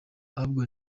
ahubwo